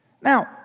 Now